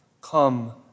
Come